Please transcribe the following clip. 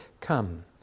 come